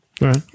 right